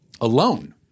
alone